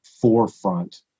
forefront